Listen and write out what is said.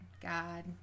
God